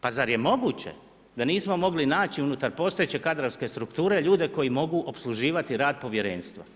Pa zar je moguće da nismo mogli naći unutar postojeće kadrovske strukture ljude koji mogu opsluživati rad povjerenstva?